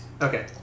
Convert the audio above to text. Okay